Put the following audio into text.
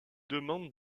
demande